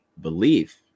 belief